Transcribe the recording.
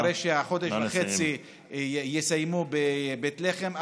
אחרי שיסיימו חודש וחצי בבית לחם,